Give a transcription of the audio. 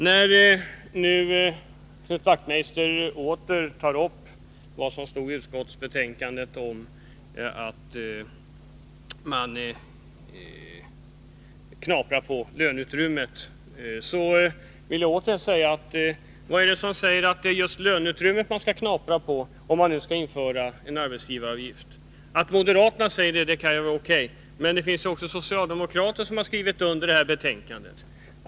När nu Knut Wachtmeister på nytt tar upp vad som står i betänkandet om att man knaprar på löneutrymmet, vill jag återigen ställa frågan: Vad är det som säger att det är just löneutrymmet man skall knapra på, om man inför en arbetsgivaravgift? Att moderaterna säger det kan vara O.K., men det finns också socialdemokrater som har skrivit under betänkandet.